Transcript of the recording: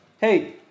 hey